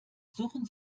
suchen